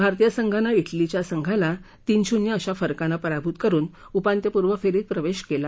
भारतीय संघानं डेलीच्या संघाला तीन शून्य अशा फरकानं पराभूत करून उपांत्यपूर्व फेरीत प्रवेश केला